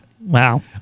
Wow